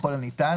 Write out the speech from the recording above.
ככל הניתן,